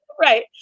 Right